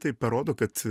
tai parodo kad